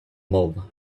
mob